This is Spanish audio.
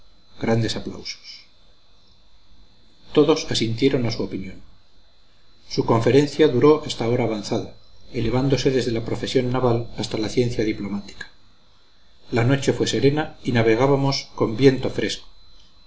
jamás amén grandes aplausos todos asintieron a su opinión su conferencia duró hasta hora avanzada elevándose desde la profesión naval hasta la ciencia diplomática la noche fue serena y navegábamos con viento fresco